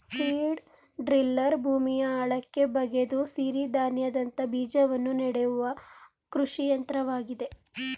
seed driller ಭೂಮಿಯ ಆಳಕ್ಕೆ ಬಗೆದು ಸಿರಿಧಾನ್ಯದಂತ ಬೀಜವನ್ನು ನೆಡುವ ಕೃಷಿ ಯಂತ್ರವಾಗಿದೆ